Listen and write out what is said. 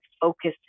focus